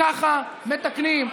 ככה מתקנים.